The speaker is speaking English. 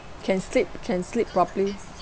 can sleep can sleep properly